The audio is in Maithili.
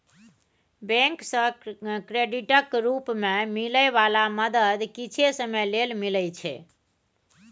बैंक सँ क्रेडिटक रूप मे मिलै बला मदद किछे समय लेल मिलइ छै